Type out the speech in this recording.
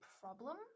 problem